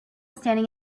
standing